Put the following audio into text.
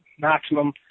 maximum